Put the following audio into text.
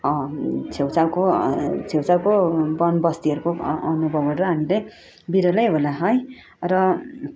छेउ छाउको छेउ छाउको बन बस्तीहरूको अनुभवहरू हामीले बिरलै होला है र